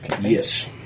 Yes